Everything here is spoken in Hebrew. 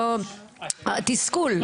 תסכול,